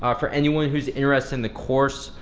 um for anyone who's interested in the course,